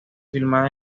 filmada